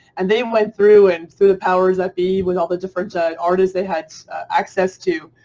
and they went through and through the powers that be with all the different artists they had access to.